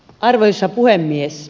arvoisa puhemies